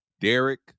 Derek